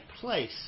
place